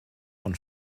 von